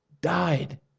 died